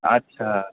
अच्छा